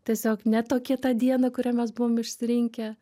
tiesiog ne tokią tą dieną kurią mes buvom išsirinkę